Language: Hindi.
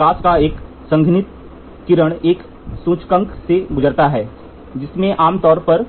प्रकाश का एक संघनित किरण एक सूचकांक से गुजरता है जिसमें आम तौर पर